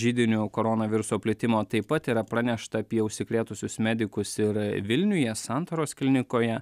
židiniu koronaviruso plitimo taip pat yra pranešta apie užsikrėtusius medikus ir vilniuje santaros klinikoje